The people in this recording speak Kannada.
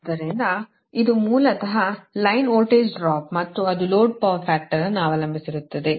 ಆದ್ದರಿಂದ ಇದು ಮೂಲತಃ ಲೈನ್ ವೋಲ್ಟೇಜ್ ಡ್ರಾಪ್ ಮತ್ತು ಅದು ಲೋಡ್ ಪವರ್ ಫ್ಯಾಕ್ಟರ್ ಅನ್ನು ಅವಲಂಬಿಸಿರುತ್ತದೆ